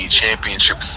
championship